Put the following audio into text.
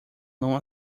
não